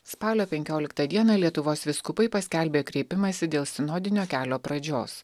spalio penkioliktą dieną lietuvos vyskupai paskelbė kreipimąsi dėl sinodinio kelio pradžios